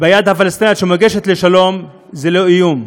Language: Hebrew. וביד הפלסטינית שמוגשת לשלום זה איום.